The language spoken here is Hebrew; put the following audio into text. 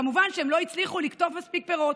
וכמובן שהם לא הצליחו לקטוף מספיק פירות.